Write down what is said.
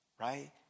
right